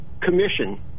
commission